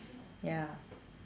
ya